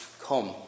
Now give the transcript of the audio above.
come